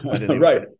Right